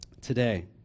today